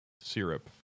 syrup